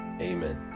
amen